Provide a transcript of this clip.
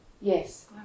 Yes